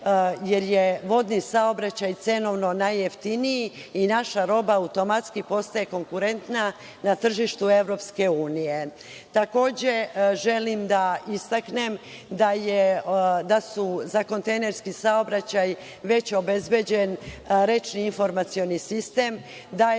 jer je vodni saobraćaj cenovno najjeftiniji i naša roba automatski postaje konkurentna na tržištu EU.Takođe želim da istaknem da su za kontejnerski saobraćaj već obezbeđeni rečni informacioni sistem, da se